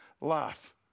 life